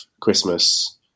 Christmas